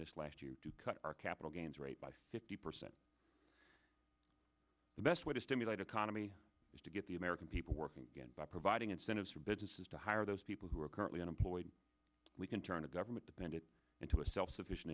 this last year to cut our capital gains rate by fifty percent the best way to stimulate economy is to get the american people working again by providing incentives for businesses to hire those people who are currently unemployed we can turn a government depend it into a self sufficient